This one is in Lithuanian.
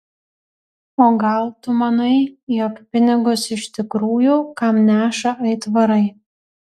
o gal tu manai jog pinigus iš tikrųjų kam neša aitvarai